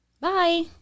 bye